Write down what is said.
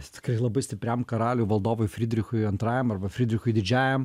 tikrai labai stipriam karaliui valdovui frydrichui antrajam arba frydrichui didžiajam